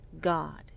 God